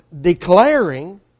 declaring